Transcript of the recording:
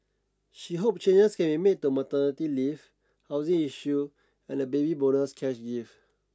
she hopes changes can be made to maternity leave housing issue and the baby bonus cash gift